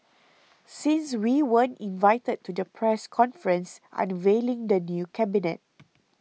since we weren't invited to the press conference unveiling the new cabinet